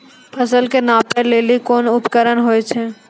फसल कऽ नापै लेली कोन उपकरण होय छै?